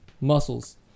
Muscles